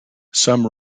some